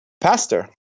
pastor